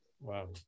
Wow